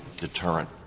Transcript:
deterrent